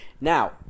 Now